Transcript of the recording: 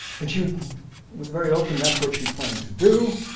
and she was very open, that's what she planned to do.